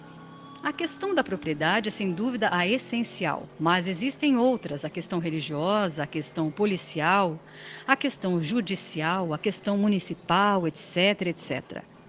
a questão da propriedade é sem duvida a essencial mas existem outras a questão religiosa a questão policial a questão judicial a questão municipal etc etc e